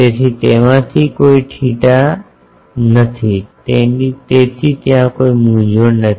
તેથી તેમાં કોઈ θ નથી તેથી ત્યાં કોઈ મૂંઝવણ નથી